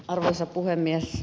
arvoisa puhemies